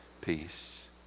peace